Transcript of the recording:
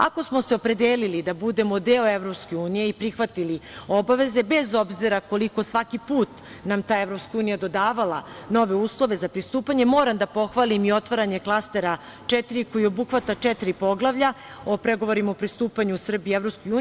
Ako smo se opredelili da budemo deo EU i prihvatili obaveze, bez obzira koliko svaki put nam ta EU dodavala nove uslove za pristupanje, moram da pohvalim i otvaranje Klastera 4, koji obuhvata četiri poglavlja o pregovorima o pristupanju Srbije EU.